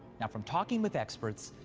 now, from talking with experts,